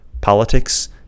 Politics